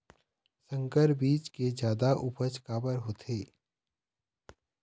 संकर बीज के जादा उपज काबर होथे?